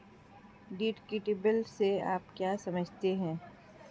Deductible से आप क्या समझते हैं?